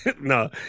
No